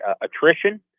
attrition